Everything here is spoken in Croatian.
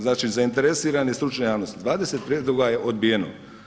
Znači zainteresirana i stručna javnost, 20 prijedloga je odbijeno.